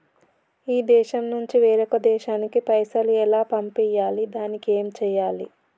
ఈ దేశం నుంచి వేరొక దేశానికి పైసలు ఎలా పంపియ్యాలి? దానికి ఏం చేయాలి?